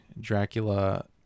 Dracula